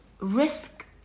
risk